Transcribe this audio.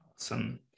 Awesome